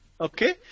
Okay